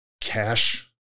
cash